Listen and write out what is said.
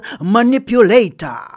manipulator